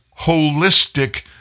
holistic